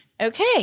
Okay